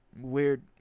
Weird